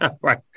Right